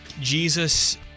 Jesus